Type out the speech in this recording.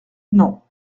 non